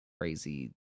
crazy